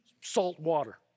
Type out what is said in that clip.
saltwater